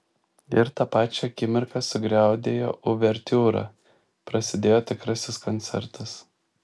ir tą pačią akimirką sugriaudėjo uvertiūra prasidėjo tikrasis koncertas